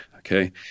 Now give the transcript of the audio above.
Okay